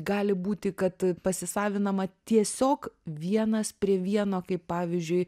gali būti kad pasisavinama tiesiog vienas prie vieno kaip pavyzdžiui